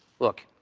look,